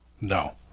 No